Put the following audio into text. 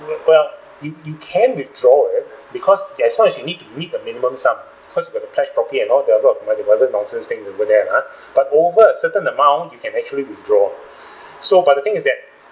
well you you can withdraw it because as long as you need to meet the minimum sum because you have to pledged properly the number of all the other nonsense thing over there ah but over a certain amount you can actually withdraw so but the thing is that